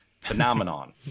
phenomenon